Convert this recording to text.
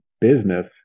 business